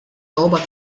logħba